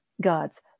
God's